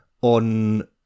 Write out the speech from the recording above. on